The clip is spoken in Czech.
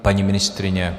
Paní ministryně?